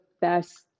best